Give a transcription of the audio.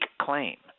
claim